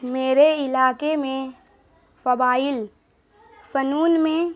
میرے علاقے میں قبائل فنون میں